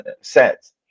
sets